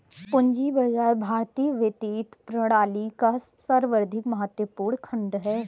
पूंजी बाजार भारतीय वित्तीय प्रणाली का सर्वाधिक महत्वपूर्ण खण्ड है